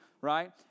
right